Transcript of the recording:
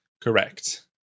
correct